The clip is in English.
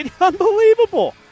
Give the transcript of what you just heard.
Unbelievable